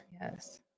Yes